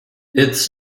its